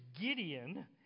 Gideon